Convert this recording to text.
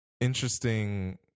interesting